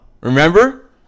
Remember